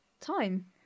time